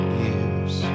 years